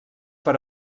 per